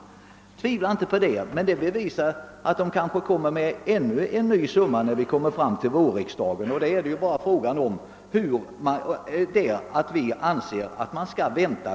Det tvivlar jag inte på, men det kanske visar sig att AMS kommer fram till ytterligare en summa som vi får ta ställning till under vårriksdagen.